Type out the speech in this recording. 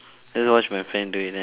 just watch my friend do it then I just